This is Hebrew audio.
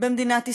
במדינת ישראל,